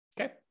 okay